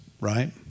right